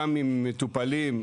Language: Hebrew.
גם ממטופלים,